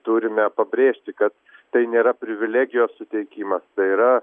turime pabrėžti kad tai nėra privilegijos suteikimas tai yra